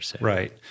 Right